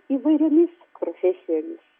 įvairiomis profesijomis